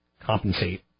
compensate